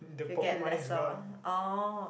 she'll get lesser orh